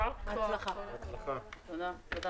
הישיבה נעולה.